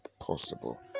possible